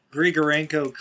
Grigorenko